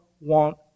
want